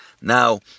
Now